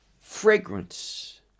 fragrance